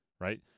right